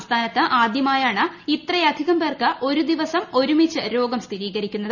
സംസ്ഥാനത്ത് ആദ്യമായാണ് ഇത്രയധികം പേർക്ക് ഒരു ദിവസം ഒരുമിച്ച് രോഗം സ്ഥിരീകരിക്കുന്നത്